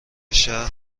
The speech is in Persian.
شهر